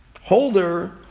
holder